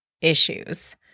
issues